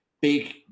big